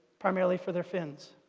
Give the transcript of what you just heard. primarily for their fins.